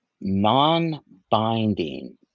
non-binding